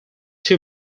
two